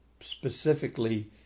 specifically